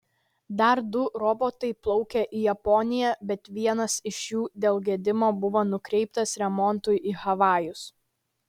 dar du robotai plaukė į japoniją bet vienas iš jų dėl gedimo buvo nukreiptas remontui į havajus